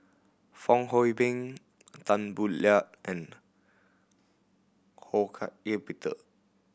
Fong Hoe Beng Tan Boo Liat and Ho Hak Ean Peter